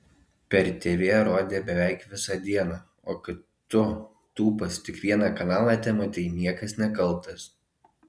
per tv rodė beveik visą dieną o kad tu tūpas tik vieną kanalą tematei niekas nekaltas